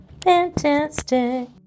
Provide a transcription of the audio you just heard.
Fantastic